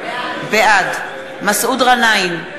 בעד מסעוד גנאים,